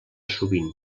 sovint